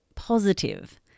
positive